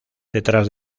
detrás